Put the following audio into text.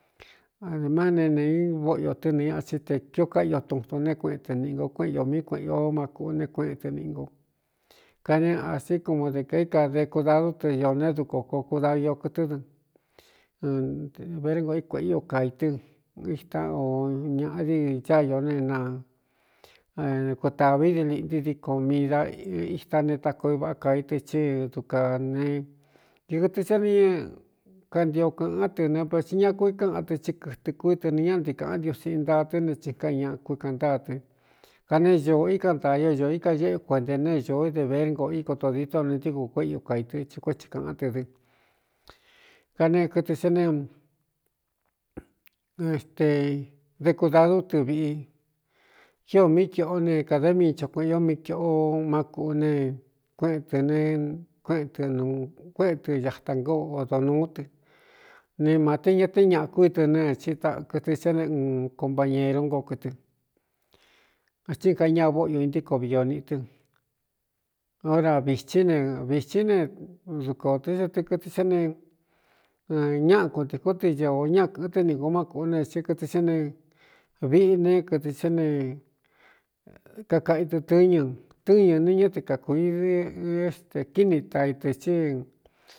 Adē má né nē voꞌo io tɨ́ nɨñaa tsi te kió kaꞌio tutun ne kueꞌen tɨ nīꞌi ngo kuéꞌen ño mí kueꞌen ó má kūꞌu ne kueꞌen tɨ niꞌingo kaneé así kumu de kāika dekudadú tɨ oō ne duko koo kudavi o kɨtɨ́ dɨ verngo i kuēꞌe o kai tɨ ita o ñāꞌadi cáió ne na kutāví di liꞌnti diko mi da ita ne takoo i vaꞌa kaí tɨ chí dukā ne tɨ kɨtɨ sá ne ñ kantio kaꞌán tɨ ne pvtsi ña kuí kaꞌán tɨ tí kɨtɨ kúitɨ nɨ ña ntikāꞌán ntiusi intaa tɨ́ ne tsinkai ñaꞌa kúi kaꞌn ntáa tɨ kaneé ñoo íkan ntaā io ño ika ñéꞌú ú kueꞌntae nē ñoó de berngoꞌ íkoto diító o ne ntíkun kuéꞌ i u kai tɨ ti kuéétsi kāꞌán tɨ dɨ kaneꞌe kɨtɨ sá ne te dekudadú tɨ viꞌi iō mí kiꞌó ne kadé mii cho kueꞌen o mí kīꞌo má kūꞌu ne kueꞌen tɨ ne keꞌen tɨ nu kuéꞌe tɨ atangáo odonūú tɨ ne mā te ña té́é ñaꞌa kú i dɨ neí kɨtɨ sá ne uɨn compañeru ngo kɨtɨ tín gai ña vóꞌoiū intíko viꞌi oni tɨ ora vīthí ne vīthí ne dukā ō té́ sa tɨ kɨtɨ sá ne ñáꞌa kuntīkún tɨ aō ña kɨ̄ꞌɨ tɨ́ niꞌ ngo má kūꞌú ne sí kɨtɨ sá ne viꞌi ne kɨtɨ sá ne kakaꞌitɨ tɨñɨ tɨ́ñɨ ne ña tɨ kakūi dɨ éste kíni ta i tɨ̄ cí.